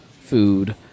food